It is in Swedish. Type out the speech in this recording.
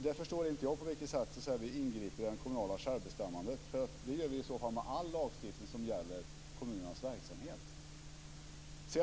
Jag förstår inte på vilket sätt vi ingriper i det kommunala självbestämmandet, för det gör vi i så fall med all lagstiftning som gäller kommunernas verksamhet.